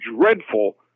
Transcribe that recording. dreadful